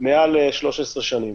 מעל 13 שנים.